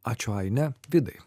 ačiū aine vidai